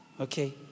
Okay